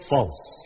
False